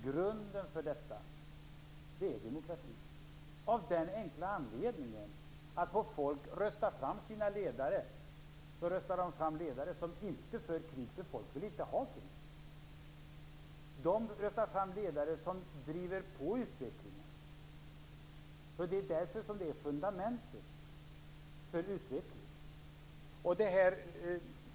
Grunden för detta är demokrati av den enkla anledningen att om folk får rösta fram sina ledare, röstar de fram ledare som inte för krig, för folk vill inte ha krig. De röstar fram ledare som driver på utvecklingen. Det är därför demokratin är fundamentet för utvecklingen.